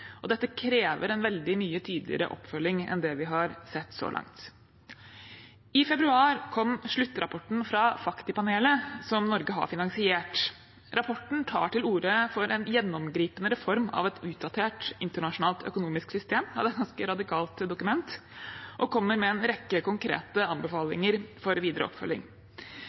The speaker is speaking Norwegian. Dette krever en veldig mye tydeligere oppfølging enn det vi har sett så langt. I februar kom sluttrapporten fra FACTI-panelet, som Norge har finansiert. Rapporten tar til orde for en gjennomgripende reform av et utdatert internasjonalt økonomisk system – det er et ganske radikalt dokument – og kommer med en rekke konkrete anbefalinger for videre oppfølging.